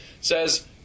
says